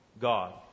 God